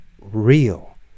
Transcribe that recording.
real